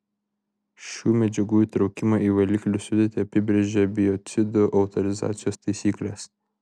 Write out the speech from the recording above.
šių medžiagų įtraukimą į valiklių sudėtį apibrėžia biocidų autorizacijos taisyklės